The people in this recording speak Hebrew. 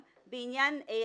כן.